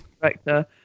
director